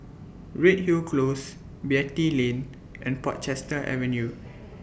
Redhill Close Beatty Lane and Portchester Avenue